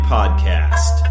Podcast